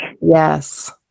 yes